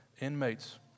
inmates